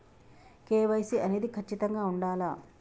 KYC అనేది ఖచ్చితంగా ఉండాలా?